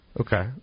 Okay